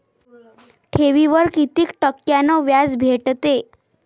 ठेवीवर कितीक टक्क्यान व्याज भेटते?